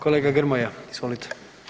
Kolega Grmoja, izvolite.